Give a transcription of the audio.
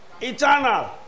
Eternal